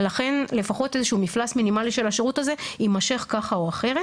ולכן לפחות איזשהו מפלס מינימאלי של השירות הזה יימשך כך או אחרת.